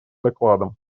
докладом